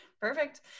Perfect